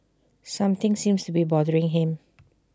something seems to be bothering him